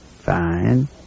Fine